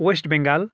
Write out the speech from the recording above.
West Bengal